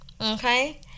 Okay